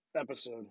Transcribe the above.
episode